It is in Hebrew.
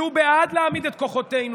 שהוא בעד להעמיד את כוחותינו.